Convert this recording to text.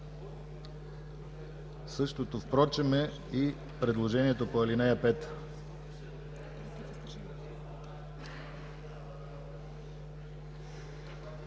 Същото впрочем е и предложението по ал. 5.